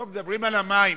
לא, מדברים על המים,